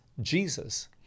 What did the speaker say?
Jesus